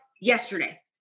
yesterday